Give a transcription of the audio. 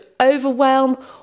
overwhelm